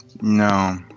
no